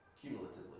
Cumulatively